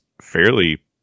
fairly